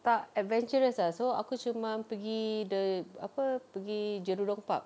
tak adventurous ah so aku cuma pergi the apa pergi jerudong park